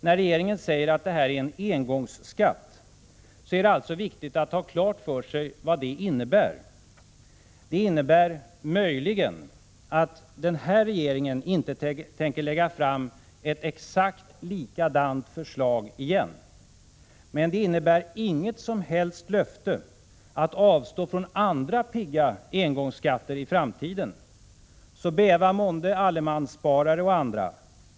När regeringen säger att det här är en engångsskatt är det alltså viktigt att ha klart för sig vad det innebär. Det innebär, möjligen, att den här regeringen inte tänker lägga fram ett exakt likadant förslag igen. Men det innebär inget som helst löfte att avstå från andra pigga engångsskatter i framtiden. Så bäva månde allemanssparare och andra.